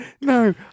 no